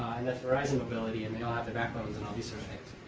and that's verizon mobility. and they all have the backbones and all these sort of things.